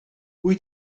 wyt